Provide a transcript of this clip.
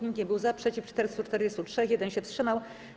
Nikt nie był za, przeciw - 443, 1 się wstrzymał.